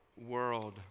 world